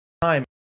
time